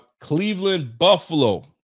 Cleveland-Buffalo